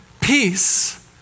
peace